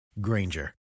granger